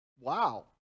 Wow